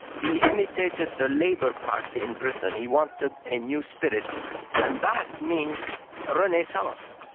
he imitated the labour party in britain, he wanted a new spirit and ba'ath means renaissance,